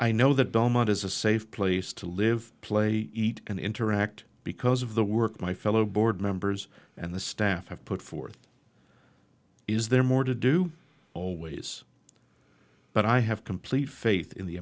i know that delmon is a safe place to live play eat and interact because of the work my fellow board members and the staff have put forth is there more to do always but i have complete faith in the